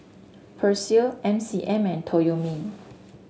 Persil M C M and Toyomi